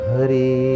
Hari